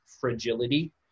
Fragility